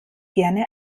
gerne